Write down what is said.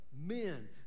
men